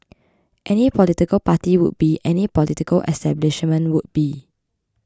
any political party would be any political establishment would be